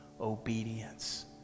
obedience